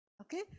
Okay